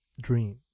dream